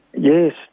Yes